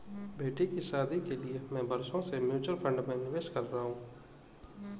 बेटी की शादी के लिए मैं बरसों से म्यूचुअल फंड में निवेश कर रहा हूं